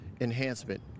enhancement